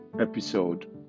episode